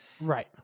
Right